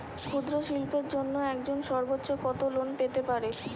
ক্ষুদ্রশিল্পের জন্য একজন সর্বোচ্চ কত লোন পেতে পারে?